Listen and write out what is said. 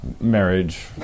marriage